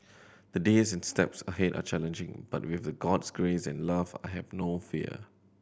the days and steps ahead are challenging but with the God's grace and love I have no fear